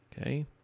Okay